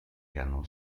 ganó